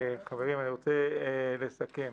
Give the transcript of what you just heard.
חברים, אני רוצה לסכם.